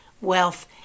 wealth